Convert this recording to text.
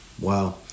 Wow